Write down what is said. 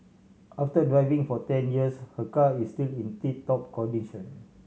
after driving for ten years her car is still in tip top condition